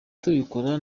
tubikora